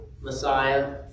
Messiah